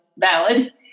Valid